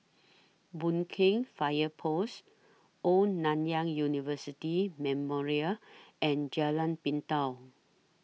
Boon Keng Fire Post Old Nanyang University Memorial and Jalan Pintau